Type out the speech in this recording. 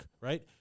right